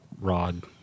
rod